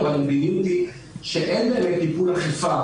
המדיניות היא שאין באמת טיפול אכיפה